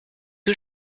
que